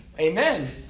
amen